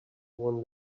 one